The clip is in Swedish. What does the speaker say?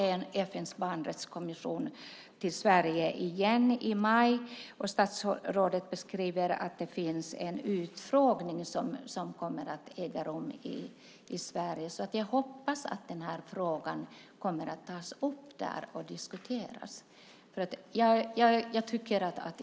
FN:s barnrättskommitté kommer till Sverige igen i maj, och statsrådet beskriver att en utfrågning kommer att äga rum i Sverige. Jag hoppas då att den här frågan kommer att tas upp och diskuteras där.